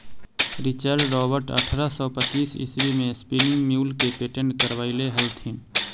Richard Robert अट्ठरह सौ पच्चीस ईस्वी में स्पीनिंग म्यूल के पेटेंट करवैले हलथिन